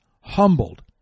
humbled